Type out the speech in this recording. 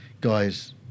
guys